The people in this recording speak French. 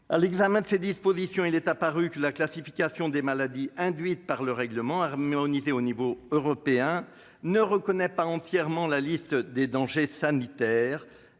À l'examen de ces dispositions, il est apparu que la classification des maladies induite par le règlement, harmonisée au niveau européen, ne recoupait pas entièrement la liste française des dangers sanitaires.